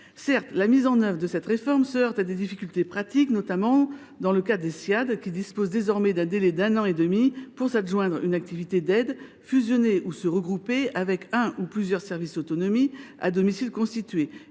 Certes, la mise en œuvre de cette réforme se heurte à des difficultés pratiques, notamment pour les Ssiad, qui disposent désormais d’un délai d’un an et demi pour s’adjoindre une activité d’aide, fusionner ou se regrouper avec un ou plusieurs services autonomie à domicile constitués,